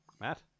Matt